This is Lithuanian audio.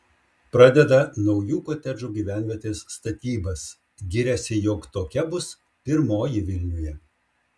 pradeda naujų kotedžų gyvenvietės statybas giriasi jog tokia bus pirmoji vilniuje